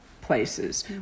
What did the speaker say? places